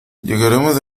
llegaremos